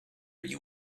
you